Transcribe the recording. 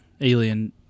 alien